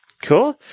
Cool